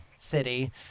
city